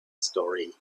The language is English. story